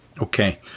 okay